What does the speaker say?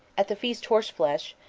at the feast horse-flesh,